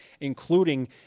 including